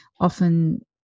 often